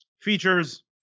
features